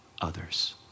others